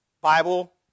Bible